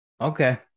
Okay